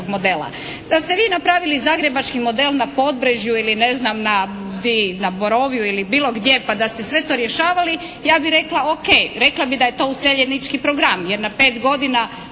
Da ste vi napravili zagrebački model na Podbrežju ili ne znam na Borovju ili bilo gdje pa da ste sve to rješavali, ja bih rekla ok, rekla bih da je to useljenički program jer na 5 godina